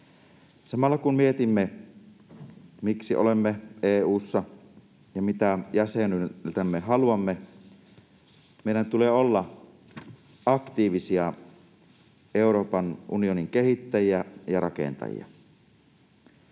Samalla, kun mietimme, miksi olemme EU:ssa ja mitä jäsenyydeltämme haluamme, meidän tulee olla aktiivisia Euroopan unionin kehittäjiä ja rakentajia.